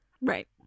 right